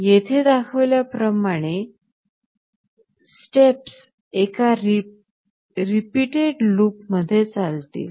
येथे दाखविल्या प्रमाणे स्टेप्स एका रीपीटेटीव्ह लूप मध्ये चालतील